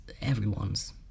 everyone's